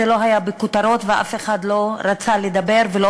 זה לא היה בכותרות ואף אחד לא רצה לדבר ולא